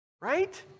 right